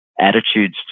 attitudes